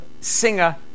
singer